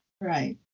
Right